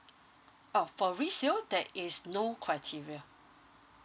oh for resale that is no criteria